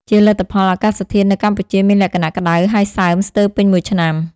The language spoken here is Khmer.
ជាលទ្ធផល អាកាសធាតុនៅកម្ពុជាមានលក្ខណៈក្តៅហើយសើមស្ទើរពេញមួយឆ្នាំ។